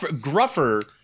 Gruffer